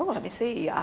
let me see.